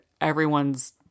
everyone's